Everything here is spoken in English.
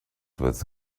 with